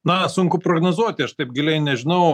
na sunku prognozuoti aš taip giliai nežinau